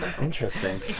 Interesting